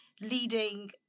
leading